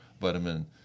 vitamin